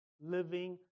living